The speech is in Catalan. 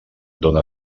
done